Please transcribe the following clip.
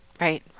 Right